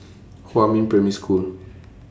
Huamin Primary School